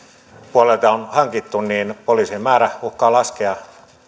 puolelta on hankittu poliisien määrä uhkaa laskea